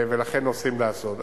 ולכן רוצים לעשות.